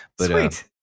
Sweet